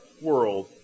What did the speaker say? world